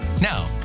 Now